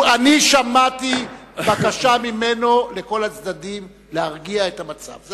אני שמעתי בקשה ממנו מכל הצדדים להרגיע את המצב.